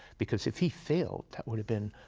because if he failed, that would have been,